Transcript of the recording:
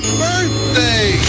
birthday